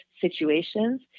situations